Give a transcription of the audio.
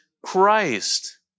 Christ